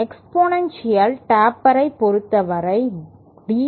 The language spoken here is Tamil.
எக்ஸ்பொநென்ஷியல் டேப்பரை பொறுத்தவரை D